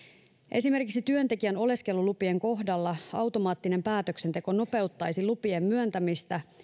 esimerkiksi työntekijän oleskelulupien kohdalla automaattinen päätöksenteko nopeuttaisi lupien myöntämistä